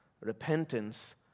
Repentance